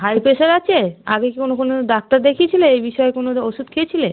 high pressure আছে আগে কোনো কোনো ডাক্তার দেখিয়েছিলে এই বিষয়ে কোনো ওষুধ খেয়েছিলে